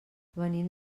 venim